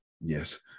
Yes